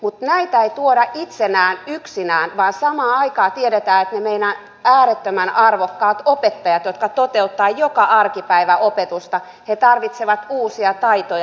mutta näitä ei tuoda itsenään yksinään vaan samaan aikaan tiedetään että ne meidän äärettömän arvokkaat opettajat jotka toteuttavat joka arkipäivä opetusta tarvitsevat uusia taitoja